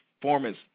performance